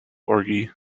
orgy